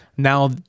Now